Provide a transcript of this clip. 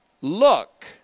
look